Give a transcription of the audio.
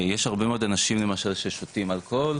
יש הרבה מאוד אנשים למשל ששותים אלכוהול,